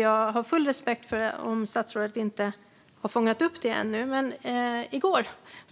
Jag har full respekt för om statsrådet inte har fångat upp det ännu, men i går